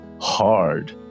hard